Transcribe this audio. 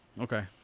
Okay